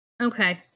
Okay